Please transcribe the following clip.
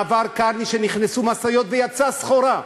מעבר קרני, שנכנסו משאיות ויצאה סחורה,